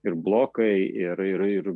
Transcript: ir blokai ir ir